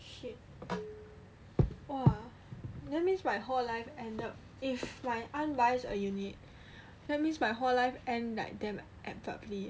shit !wah! that means my whole life end up if like my aunt buys a unit that means my whole life end like damn abruptly